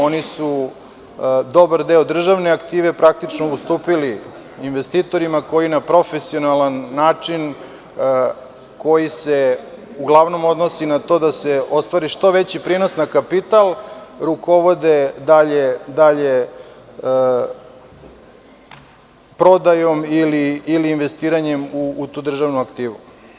Oni su dobar deo državne aktive praktično ustupili investitorima koji na profesionalan način, koji se uglavnom odnosi na to da se ostvari što veći prinos na kapital, rukovode dalje prodajom ili investiranjem u tu državnu aktivu.